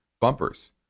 bumpers